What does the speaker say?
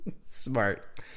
Smart